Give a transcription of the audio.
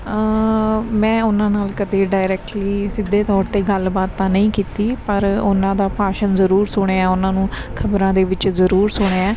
ਮੈਂ ਉਹਨਾਂ ਨਾਲ ਕਦੇ ਡਾਇਰੈਕਟਲੀ ਸਿੱਧੇ ਤੌਰ 'ਤੇ ਗੱਲਬਾਤ ਤਾਂ ਨਹੀਂ ਕੀਤੀ ਪਰ ਉਹਨਾਂ ਦਾ ਭਾਸ਼ਣ ਜਰੂਰ ਸੁਣਿਆ ਉਹਨਾਂ ਨੂੰ ਖਬਰਾਂ ਦੇ ਵਿੱਚ ਜਰੂਰ ਸੁਣਿਆ